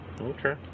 Okay